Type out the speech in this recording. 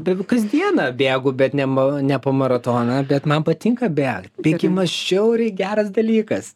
bėgu kasdieną bėgu bet nema ne po maratoną bet man patinka bėkt bėgimas žiauriai geras dalykas